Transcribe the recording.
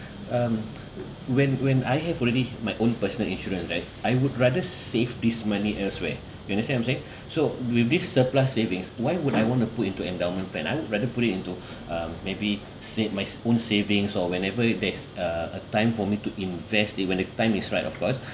um when when I have already my own personal insurance right I would rather save this money elsewhere you understand I'm saying so with this surplus savings why would I want to put into endowment plan I'd rather put it into um maybe say my own savings or whenever there's uh a time for me to invest the when the time is right of course